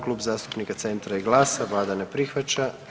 Klub zastupnika Centra i GLAS-a, Vlada ne prihvaća.